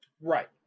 Right